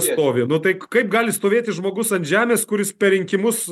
stovi nu tai kaip gali stovėti žmogus ant žemės kuris per rinkimus